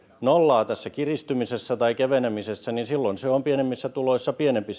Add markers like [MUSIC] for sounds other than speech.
nollaa tässä kiristymisessä tai kevenemisessä niin silloin se euromäärä on pienemmissä tuloissa pienempi [UNINTELLIGIBLE]